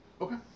Okay